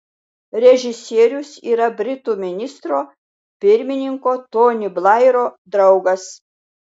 režisierius yra britų ministro pirmininko tony blairo draugas